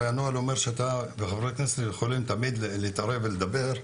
הנוהל אומר שאתה וחברי כנסת יכולים תמיד להתערב ולדבר,